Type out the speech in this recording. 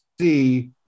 see